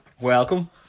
welcome